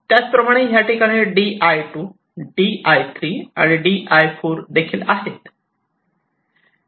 त्याच प्रमाणे ह्याठिकाणी di2 di3 आणि आणि di4 देखील आहे